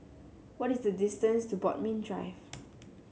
what is the distance to Bodmin Drive